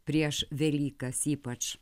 prieš velykas ypač